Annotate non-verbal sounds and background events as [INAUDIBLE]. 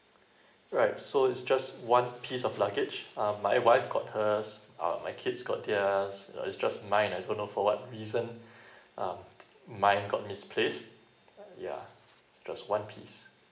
[BREATH] right so it's just one piece of luggage uh my wife got hers uh my kids got theirs you know it's just mine I don't know for what reason [BREATH] um mine got misplaced yeah just one piece